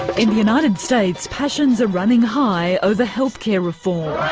in the united states passions are running high over health care reform.